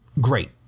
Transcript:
Great